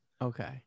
Okay